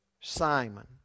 Simon